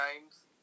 games